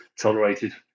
tolerated